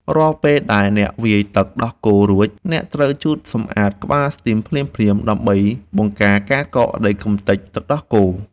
រាល់ពេលដែលអ្នកវាយទឹកដោះគោរួច អ្នកត្រូវជូតសម្អាតក្បាលស្ទីមភ្លាមៗ ដើម្បីបង្ការការកកនៃកម្ទេចទឹកដោះគោ។